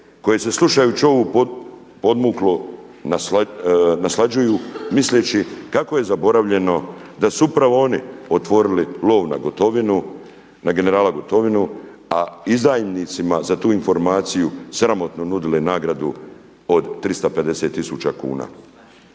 koji se slušajući ovo podmuklo naslađuju misleći kako je zaboravljeno da su upravo oni otvorili lov na Gotovinu, na generala Gotovinu a izdajnicima za tu informaciju sramotno nudili nagradu od 350 tisuća